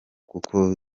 kuko